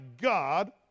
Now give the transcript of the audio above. God